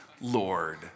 Lord